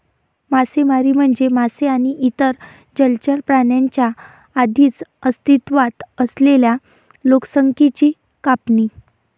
मासेमारी म्हणजे मासे आणि इतर जलचर प्राण्यांच्या आधीच अस्तित्वात असलेल्या लोकसंख्येची कापणी